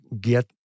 get